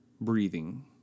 breathing